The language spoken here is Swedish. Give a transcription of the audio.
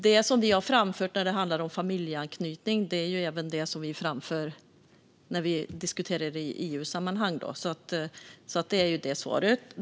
Det som vi har framfört när det gäller familjeanknytning är också vad vi har framfört när vi diskuterar detta i EU-sammanhang. Det är svaret på den frågan.